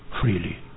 freely